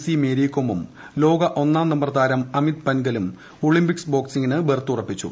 C മേരികോമും ലോക ഒന്നാം നമ്പർ താരം അമിത് പൻഗൽ എന്നിവർ ഒളിമ്പിക്സ് ബോക്സിങ്ങിന് ബെർത്ത് ഉറപ്പിച്ചു